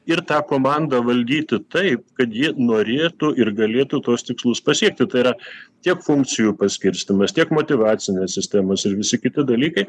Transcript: ir tą komandą valdyti taip kad ji norėtų ir galėtų tuos tikslus pasiekti tai yra tiek funkcijų paskirstymas tiek motyvacinės sistemos ir visi kiti dalykai